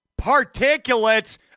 particulates